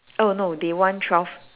oh no they want twelve